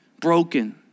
Broken